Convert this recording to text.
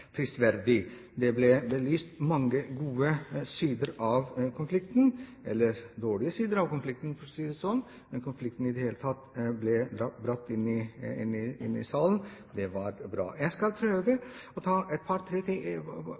prisverdig. Det ble belyst mange gode sider av konflikten, eller dårlige sider, for å si det sånn, men at konflikten i det hele tatt ble brakt inn i salen, er bra. Jeg skal prøve å ta et